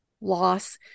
loss